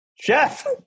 chef